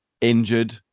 injured